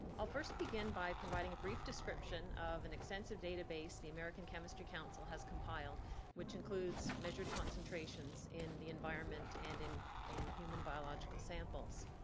i'll first begin by providing a brief description of an extensive database the american chemistry council has compiled which includes measured concentrations in the environment and and human biological samples.